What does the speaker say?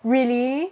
really